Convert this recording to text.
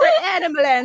animal